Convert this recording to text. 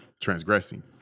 transgressing